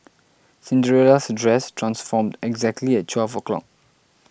Cinderella's dress transformed exactly at twelve o' clock